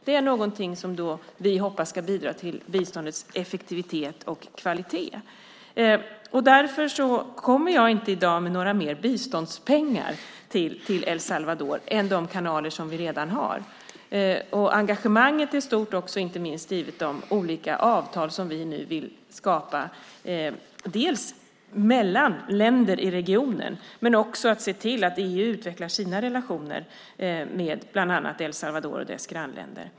Det är någonting som vi hoppas ska bidra till biståndets effektivitet och kvalitet. Därför kommer jag inte med några mer biståndspengar i dag till El Salvador än via de kanaler som vi redan har. Engagemanget är stort, inte minst givet de olika avtal som vi vill skapa mellan länder i regionen. Men det handlar också om att se till att EU utvecklar sina relationer med bland andra El Salvador och dess grannländer.